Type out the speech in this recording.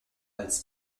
als